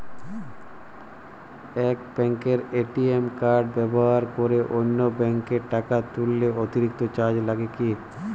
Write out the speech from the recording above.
এক ব্যাঙ্কের ATM card ব্যবহার করে অন্য ব্যঙ্কে টাকা তুললে অতিরিক্ত চার্জ লাগে কি?